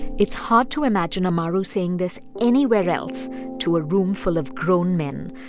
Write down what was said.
it's hard to imagine amaru saying this anywhere else to a roomful of grown men.